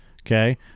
okay